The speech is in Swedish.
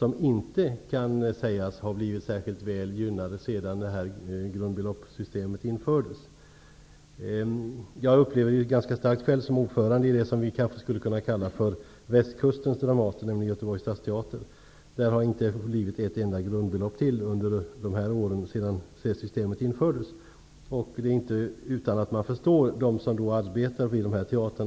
De kan inte sägas ha blivit särskilt väl gynnade sedan grundbeloppssystemet infördes. Jag upplever det ganska starkt som ordförande i det som vi kanske skulle kunna kalla västkustens Dramaten, nämligen Göteborgs stadsteater. Där har man inte fått ett enda grundbelopp till under åren sedan det systemet infördes. Det är inte utan att man förstår dem som arbetar vi dessa teatrar.